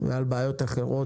ועל בעיות אחרות,